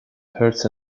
hurts